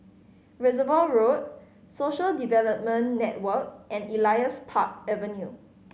Reservoir Road Social Development Network and Elias Park Avenue